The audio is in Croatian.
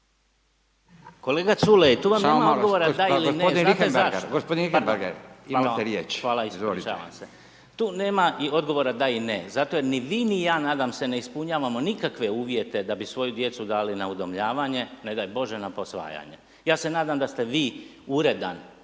Samo malo, g. Richembergh, imate riječ. **Beus Richembergh, Goran (GLAS)** Hvala ispričavam se, tu nema odgovora da i ne zato jer ni vi ni ja, nadam se ne ispunjavamo nikakve uvijete da bi svoju djecu dali na udomljavanje, ne daj bože na posvajanje, ja se nadam da ste vi uredan,